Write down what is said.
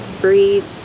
breathe